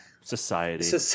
Society